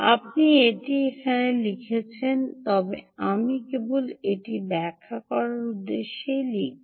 আমি এটি এখানে লিখেছি তবে আমি কেবল এটি ব্যাখ্যা করার উদ্দেশ্যে লিখব